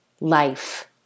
life